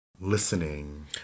listening